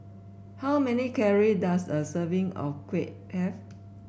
how many calories does a serving of kuih have